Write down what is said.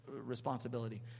responsibility